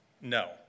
No